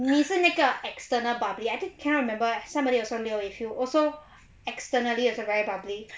你是那个 external bubbly I think cannot remember eh somebody also leo if you also externally also very bubbly